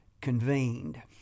convened